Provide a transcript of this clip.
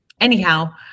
anyhow